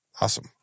Awesome